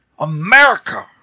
America